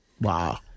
Wow